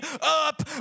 up